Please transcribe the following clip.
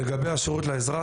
לגבי השירות לאזרח,